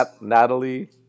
Natalie